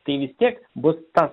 tai vis tiek bus tas